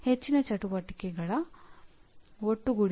ನಂತರ ಪಠ್ಯ 5ಕ್ಕೆ ಬರೋಣ